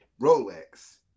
Rolex